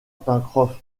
pencroff